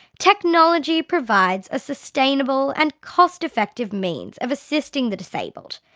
technology provides a sustainable and cost-effective means of assisting the disabled.